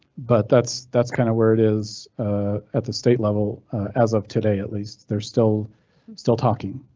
but that's that's kind of where it is at the state level as of today. at least, they're still still talking.